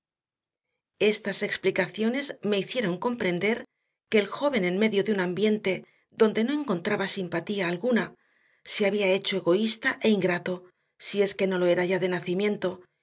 estas explicaciones me hicieron comprender que el joven en medio de un ambiente donde no encontraba simpatía alguna se había hecho egoísta e ingrato si es que no lo era ya de nacimiento